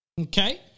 Okay